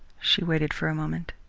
she waited for a moment.